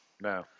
No